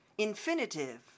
infinitive